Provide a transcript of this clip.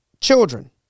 children